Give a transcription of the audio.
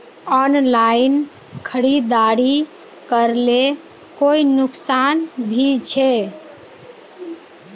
Online खरीदारी करले कोई नुकसान भी छे?